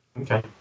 Okay